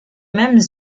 mêmes